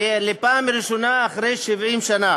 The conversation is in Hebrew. פעם ראשונה אחרי 70 שנה.